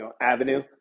avenue